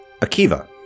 Akiva